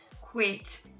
quit